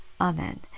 amen